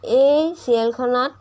এই ছিৰিয়েলখনত